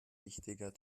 wichtiger